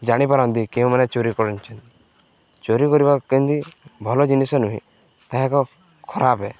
ଜାଣିପାରନ୍ତି କେଉଁମାନେ ଚୋରି କରନ୍ତି ଚୋରି କରିବା କେମିତି ଭଲ ଜିନିଷ ନୁହେଁ ତା' ଏକ ଖରାପ